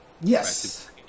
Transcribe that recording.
yes